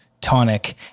tonic